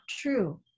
true